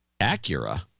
Acura